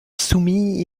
soumis